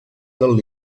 del